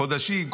חודשים,